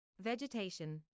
Vegetation